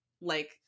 Like-